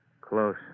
Close